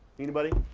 anybody?